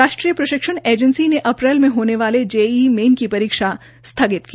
राष्ट्रीय प्रशिक्षण एजेंसी ने अप्रैल में होने वाली जेईई मेन की परीक्षा स्थगित की